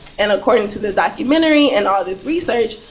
and according to this documentary and all this research,